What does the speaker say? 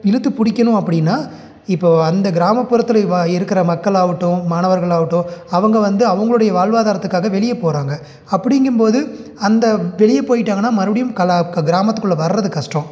இழுத்து பிடிக்கணும் அப்படின்னா இப்போது அந்த கிராமப்புறத்தில் வா இருக்கிற மக்களாகட்டும் மாணவர்களாகட்டும் அவங்க வந்து அவங்களுடைய வாழ்வாதாரத்துக்காக வெளியே போகிறாங்க அப்படிங்கும்போது அந்த வெளியே போயிட்டாங்கன்னால் மறுபடியும் கலா க கிராமத்துக்குள்ளே வர்றது கஷ்டோம்